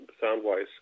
sound-wise